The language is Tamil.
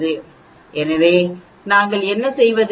So எனவே நாங்கள் என்ன செய்வது